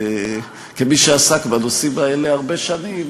וכמי שעסק בנושאים האלה הרבה שנים,